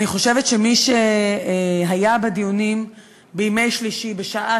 אני חושבת שמי שהיה בדיונים בימי שלישי בשעה